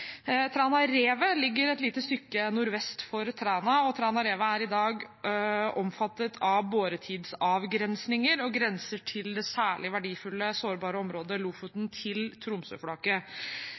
ligger et lite stykke nordvest for Træna, og Trænarevet er i dag omfattet av boretidsavgrensninger og grenser til det særlig verdifulle og sårbare området Lofoten til Tromsøflaket.